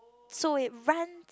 so he runs